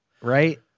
Right